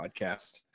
podcast